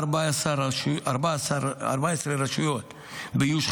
14 רשויות באיוש חלקי,